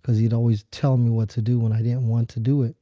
because he'd always tell me what to do when i didn't want to do it.